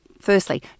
firstly